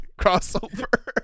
Crossover